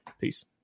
Peace